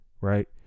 right